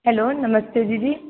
hello नमस्ते दीदी